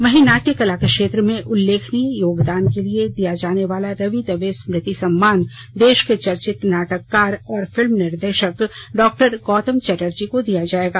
वहीं नाट्य कला के क्षेत्र में उल्लेखनीय योगदान के लिए दिया जाने वाला रवि दवे स्मृति सम्मान देश के चर्चित नाटककार और फिल्म निर्देशक डॉ गौतम चटर्जी को दिया जाएगा